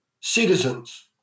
citizens